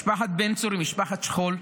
משפחת בן צור היא משפחת שכול.